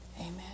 Amen